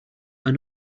are